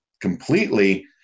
completely